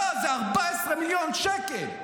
לא, זה 14 מיליון שקל.